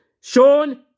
Sean